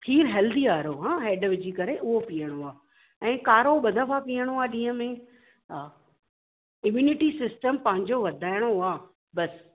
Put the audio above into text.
खीर हेल्दी वारो हा हैड विझी करे उहो पीअणो आहे ऐं काढ़ो ॿ दफ़ा पीअणो आहे ॾींहं में हा इम्यूनिटी सिस्टम पंहिंजो वधाइणो आहे बसि